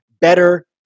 better